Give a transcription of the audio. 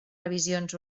revisions